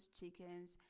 chickens